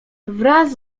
wraz